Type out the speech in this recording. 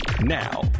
Now